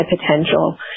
potential